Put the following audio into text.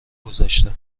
گذشته